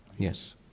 Yes